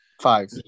Five